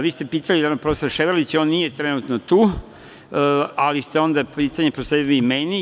Vi ste pitali prof. Ševrlića, on nije trenutno tu, ali ste onda pitanje prosledili meni.